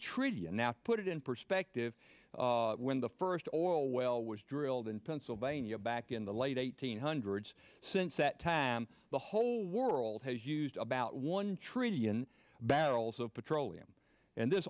trillion now to put it in perspective when the first oil well was drilled in pennsylvania back in the late eighteenth hundreds since that time the whole world has used about one trillion barrels of petroleum and this